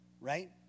Right